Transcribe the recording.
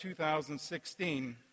2016